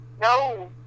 No